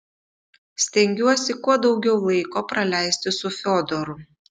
stengiuosi kuo daugiau laiko praleisti su fiodoru